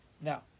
Now